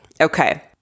Okay